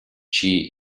чьи